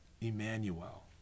Emmanuel